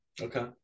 okay